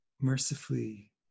mercifully